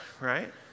right